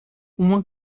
uma